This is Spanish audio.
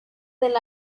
del